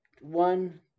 one